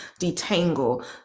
detangle